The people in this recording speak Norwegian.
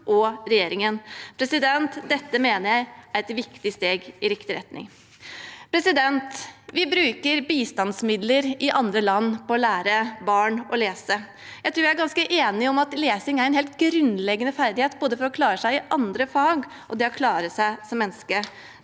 og regjeringen. Dette mener jeg er et viktig steg i riktig retning. Vi bruker bistandsmidler i andre land på å lære barn å lese. Jeg tror vi er ganske enige om at lesing er en helt grunnleggende ferdighet, både for å klare seg i andre fag og for å klare seg som menneske.